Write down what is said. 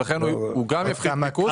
ולכן הוא גם יפחית את ההיצע.